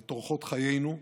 את אורחות חיינו,